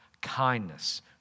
kindness